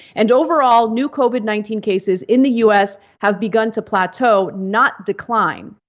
and overall, new covid nineteen cases in the us have begun to plateau, not decline.